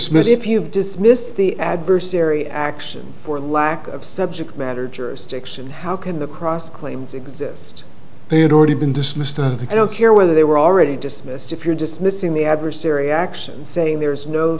s if you've dismissed the adversary action for lack of subject matter jurisdiction how can the cross claims exist they had already been dismissed i don't care whether they were already dismissed if you're dismissing the adversary action saying there is no